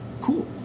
Cool